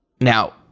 Now